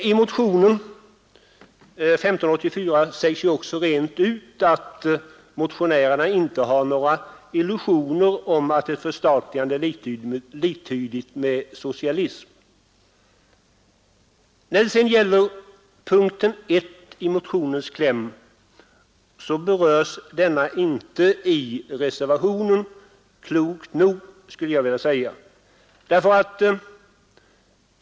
I motionen 1584 sägs också rent ut att motionärerna inte har några illusioner om att ett förstatligande är liktydigt med socialism. Klokt nog berör inte reservanterna punkten 1 i motionens kläm.